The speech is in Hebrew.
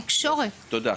יש גם את זה, תודה.